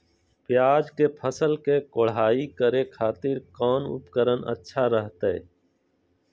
प्याज के फसल के कोढ़ाई करे खातिर कौन उपकरण अच्छा रहतय?